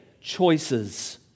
choices